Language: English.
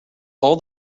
all